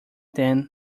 then